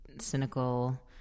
cynical